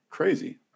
Crazy